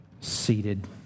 seated